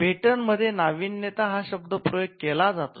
patent मध्ये नाविन्यता हा शब्द प्रयोग केला जातो